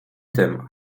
tym